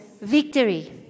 victory